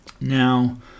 Now